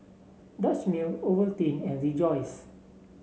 Dutch Mill Ovaltine and Rejoice